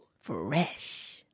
Fresh